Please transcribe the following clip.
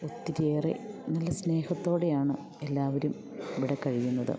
ഒത്തിരിയേറെ നല്ല സ്നേഹത്തോടെയാണ് എല്ലാവരും ഇവിടെ കഴിയുന്നത്